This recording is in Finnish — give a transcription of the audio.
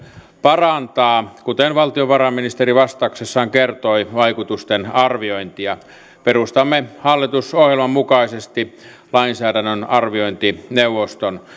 parantaa kuten valtiovarainministeri vastauksessaan kertoi vaikutusten arviointia perustamme hallitusohjelman mukaisesti lainsäädännön arviointineuvoston